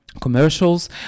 commercials